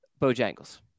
Bojangles